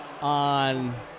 on